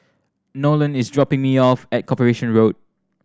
Nolen is dropping me off at Corporation Road